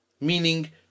meaning